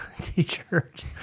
t-shirt